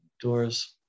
doors